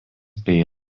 bei